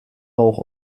rauch